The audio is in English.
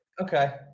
Okay